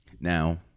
Now